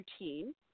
routine